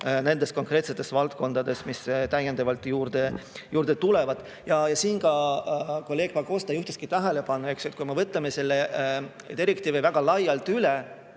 nendest konkreetsetest valdkondadest, mis täiendavalt juurde tulevad. Kolleeg Pakosta juhtiski tähelepanu, et kui me võtame selle direktiivi väga laialt üle,